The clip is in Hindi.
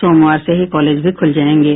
सोमवार से ही कॉलेज भी खुल जायेंगे